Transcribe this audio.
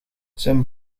zijn